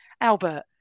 Albert